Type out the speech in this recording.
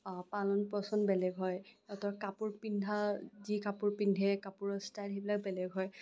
পালন পচণ বেলেগ হয় ইঅতৰ কাপোৰ পিন্ধা যি কাপোৰ পিন্ধে কাপোৰৰ ষ্টাইল সেইবিলাক বেলেগ হয়